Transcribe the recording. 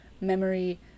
memory